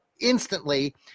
instantly